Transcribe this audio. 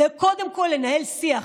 קודם כול לנהל שיח.